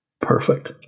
perfect